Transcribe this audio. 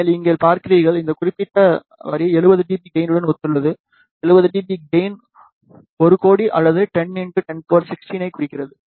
நீங்கள் இங்கே பார்க்கிறீர்கள் இந்த குறிப்பிட்ட வரி 70 dB கெயினுடன் ஒத்துள்ளது 70 dB கெயின் 1 கோடி அல்லது 10 106 ஐ குறிக்கிறது